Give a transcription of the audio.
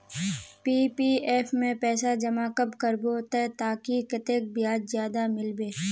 PPF में पैसा जमा कब करबो ते ताकि कतेक ब्याज ज्यादा मिलबे?